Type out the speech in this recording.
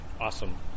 awesome